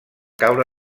caure